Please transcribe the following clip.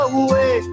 away